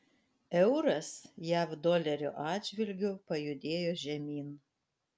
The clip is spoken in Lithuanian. euras jav dolerio atžvilgiu pajudėjo žemyn